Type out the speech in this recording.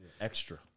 Extra